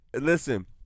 Listen